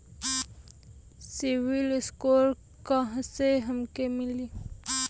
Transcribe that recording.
CIBIL score कहाँसे हमके मिली?